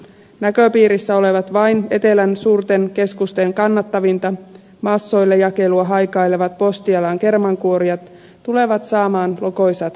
näköpiirissä olevat vain etelän suurten keskusten kannattavinta massoille jakelua haikailevat posti alan kermankuorijat tulevat saamaan lokoisat oltavat